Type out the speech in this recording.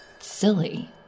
Silly